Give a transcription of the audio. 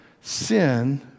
sin